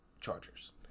Chargers